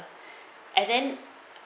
and then